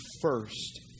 first